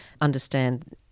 understand